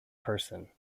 person